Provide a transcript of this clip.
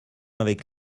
avec